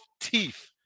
teeth